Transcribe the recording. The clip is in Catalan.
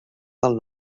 del